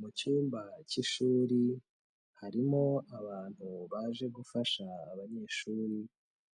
Mu cyumba cy'ishuri harimo abantu baje gufasha abanyeshuri